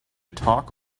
talk